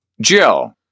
Jill